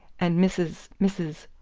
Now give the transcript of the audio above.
and mrs, mrs,